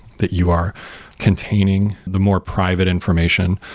that you are containing the more private information.